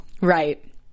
right